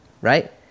right